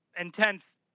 intense